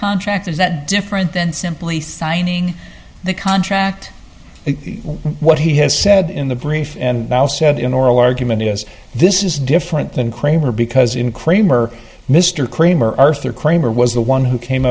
contract is that different than simply signing the contract what he has said in the brief and now said in oral argument is this is different than kramer because in kramer mr kramer arthur kramer was the one who came